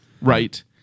Right